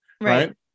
right